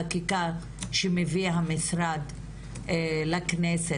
בחקיקה שמביא המשרד לכנסת,